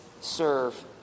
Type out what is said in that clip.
serve